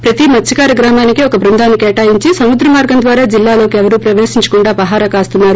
ప్రతీ మత్స్వకార గ్రామానికీ ఒక బృందాన్సి కేటాయించి సముద్ర మార్గం ద్వారా జిల్లాలోకి ఎవరూ ప్రవేశించకుండా పహారా కాస్తున్నారు